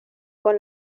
con